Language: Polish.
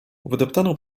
wydeptaną